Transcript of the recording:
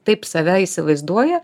taip save įsivaizduoja